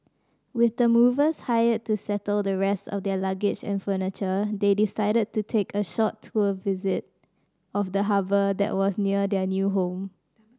with the movers hired to settle the rest of their luggage and furniture they decided to take a short tour visit of the harbour that was near their new home